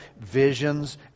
Visions